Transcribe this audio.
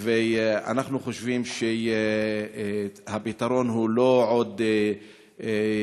אנחנו חושבים שהפתרון הוא לא עוד ייהוד